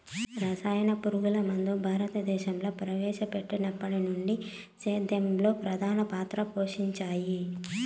రసాయన పురుగుమందులు భారతదేశంలో ప్రవేశపెట్టినప్పటి నుండి సేద్యంలో ప్రధాన పాత్ర పోషించాయి